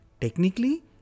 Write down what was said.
Technically